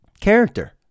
character